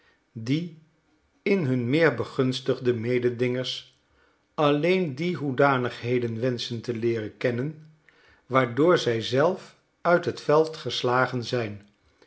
die in hun meer begunstigde mededingers alleen die hoedanigheden wenschen te leeren kennen waardoor zij zelf uit het veld geslagen zijn